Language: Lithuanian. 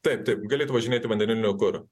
taip taip galėtų važinėti vandeniliniu kuru